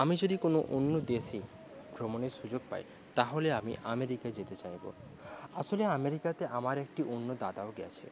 আমি যদি কোনো অন্য দেশে ভ্রমণের সুযোগ পাই তাহলে আমি আমেরিকা যেতে চাইব আসলে আমেরিকাতে আমার একটি অন্য দাদাও গিয়েছে